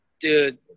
dude